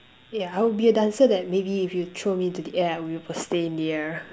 yeah I'll be a dancer that maybe if you throw me into the air I'll stay in the air